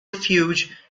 refuge